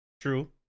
True